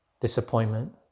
disappointment